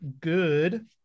good